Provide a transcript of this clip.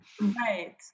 right